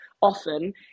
Often